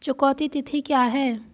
चुकौती तिथि क्या है?